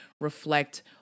reflect